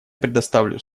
предоставлю